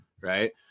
Right